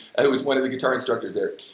it was one of the guitar instructors there.